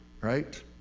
right